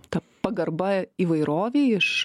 ta pagarba įvairovei iš